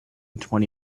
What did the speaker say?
twenty